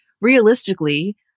realistically